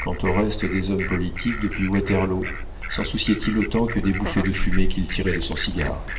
quant au reste des hommes politiques depuis waterloo s'en souciait il autant que des bouffées de fumée qu'il tirait de son cigare